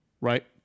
right